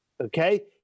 Okay